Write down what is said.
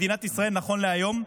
מדינת ישראל, נכון להיום,